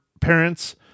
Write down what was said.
parents